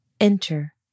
enter